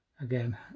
again